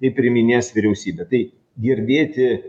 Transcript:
jį priiminės vyriausybė tai girdėti